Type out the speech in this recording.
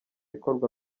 ikorwa